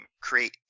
create